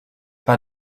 pas